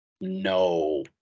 no